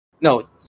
No